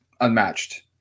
unmatched